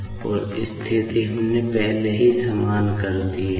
और स्थिति हमने पहले ही समान कर दिए हैं